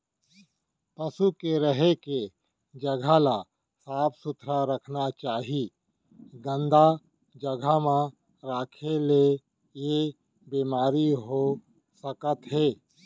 पसु के रहें के जघा ल साफ सुथरा रखना चाही, गंदा जघा म राखे ले ऐ बेमारी हो सकत हे